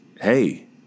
hey